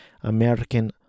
American